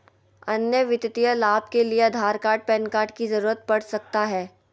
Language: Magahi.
अन्य वित्तीय लाभ के लिए आधार कार्ड पैन कार्ड की जरूरत पड़ सकता है?